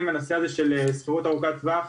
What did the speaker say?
היום כל הנושא הזה של שכירות ארוכת טווח,